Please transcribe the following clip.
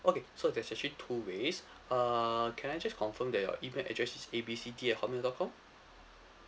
okay so there's actually two ways uh can I just confirm that your email address is A B C D at hotmail dot com